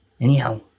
Anyhow